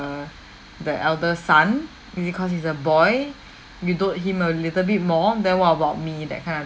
the elder son is it because he's a boy you dote him a little bit more then what about me that kind of